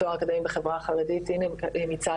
לתואר אקדמי בחברה החרדית --- מעניין,